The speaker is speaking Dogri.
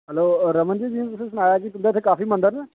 हैल्लो रमन जी जि'यां तुसें सनाया कि तुं'दे इत्थें काफी मंदर न